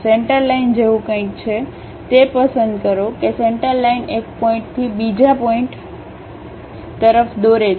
centreline જેવું કંઈક છે તે પસંદ કરો કે સેન્ટરલાઇન એક પોઇન્ટથી બીજા પોઇન્ટ તરફ દોરે છે